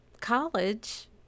college